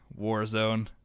Warzone